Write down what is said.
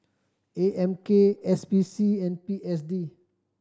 A M K S P C and P S D